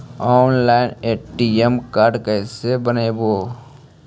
Online ATM card कैसे बनाबौ?